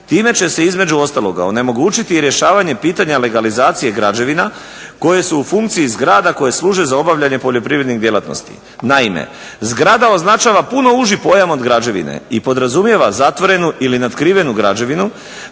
Time će se između ostaloga onemogućiti rješavanje pitanja legalizacije građevina koje su u funkciji zgrada koje služe za obavljanje poljoprivrednih djelatnosti. Naime, zgrada označava puno uži pojam od građevine i podrazumijeva zatvorenu ili natkrivenu građevinu